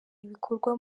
ibikorwa